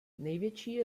největší